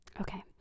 Okay